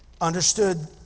understood